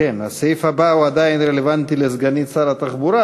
הסעיף הבא עדיין רלוונטי לסגנית שר התחבורה,